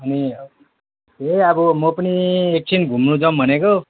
अनि ए अब म पनि एकछिन घुम्न जाऊँ भनेको